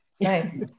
Nice